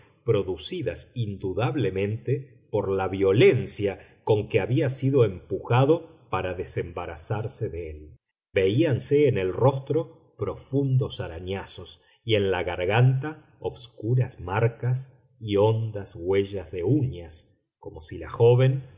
producidas indudablemente por la violencia con que había sido empujado para desembarazarse de él veíanse en el rostro profundos arañazos y en la garganta obscuras marcas y hondas huellas de uñas como si la joven